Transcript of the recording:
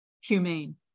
humane